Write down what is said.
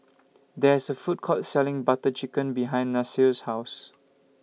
There IS A Food Court Selling Butter Chicken behind Nasir's House